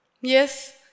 Yes